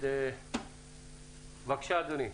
בבקשה, אדוני.